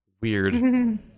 Weird